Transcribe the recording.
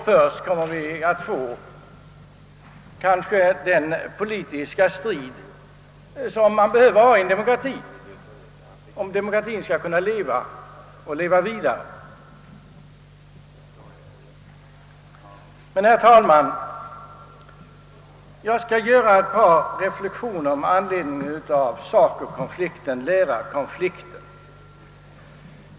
Först om så blir fallet kommer vi kanske att få den politiska strid som man behöver i en demokrati, om demokratien skall kunna leva vidare. Herr talman, jag vill göra ett par reflexioner med anledning av SACO-konflikten, lärarkonflikten.